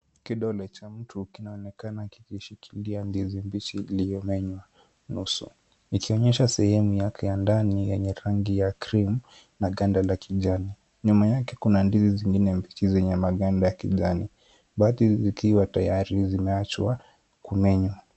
Kidole cha mtu kinaonekana kikishikilia ndizi mbichi iliyomenywa nusu. Ikionyesha sehemu yake ya ndani yenye rangi ya cream , na ganda la kijani. Nyuma yake kuna ndizi zingine mbichi zenye maganda ya kijani, baadhi zikiwa tayari zimeachwa kumenywa.